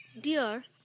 Dear